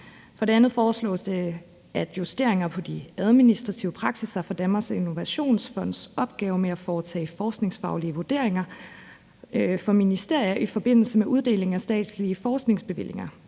For det andet foreslås der justeringer af de administrative praksisser for Danmarks Innovationsfonds opgave med at foretage forskningsfaglige vurderinger for ministerier i forbindelse med uddeling af statslige forskningsbevillinger.